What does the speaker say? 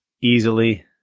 Easily